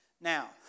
Now